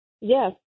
Yes